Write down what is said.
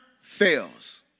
fails